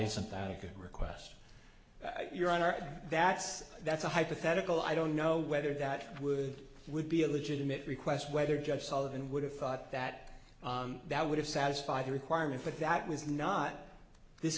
isn't that a good request your honor that's that's a hypothetical i don't know whether that would would be a legitimate request whether judge solid and would have thought that that would have satisfy the requirement but that was not this